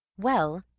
well,